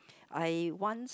I once